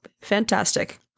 fantastic